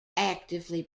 actively